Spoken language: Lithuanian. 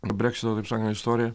breksito taip sakant istorijoj